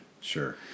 Sure